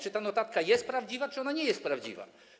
Czy ta notatka jest prawdziwa, czy ona nie jest prawdziwa?